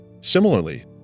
Similarly